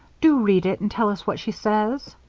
do read it and tell us what she says.